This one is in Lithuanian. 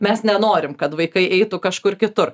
mes nenorim kad vaikai eitų kažkur kitur